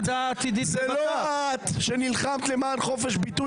זה לא את שנלחמת למען חופש ביטוי,